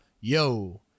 Yo